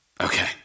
Okay